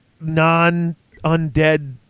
non-undead